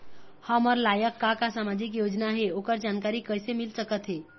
हमर लायक का का सामाजिक योजना हे, ओकर जानकारी कइसे मील सकत हे?